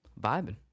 vibing